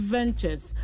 Ventures